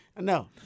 No